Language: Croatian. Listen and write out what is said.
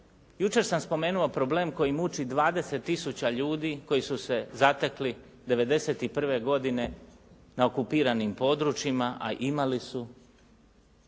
jučer sam spomenuo problem koji muči 20000 ljudi koji su se zatekli '91. godine na okupiranim područjima a imali su